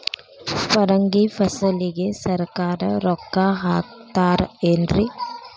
ಪರಂಗಿ ಫಸಲಿಗೆ ಸರಕಾರ ರೊಕ್ಕ ಹಾಕತಾರ ಏನ್ರಿ?